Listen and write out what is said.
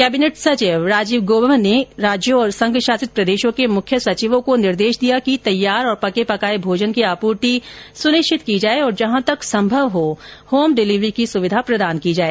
cabinet सचिव राजीव गौबा ने राज्यों और संघ शासित प्रदेशों के मुख्य सचिवों को निर्देश दिया कि तैयार और पके पकाए भोजन की आपूर्ति सुनिश्चित की जाए और जहां तक संभव हो होम डिलिवरी की सुविधा प्रदान की जाए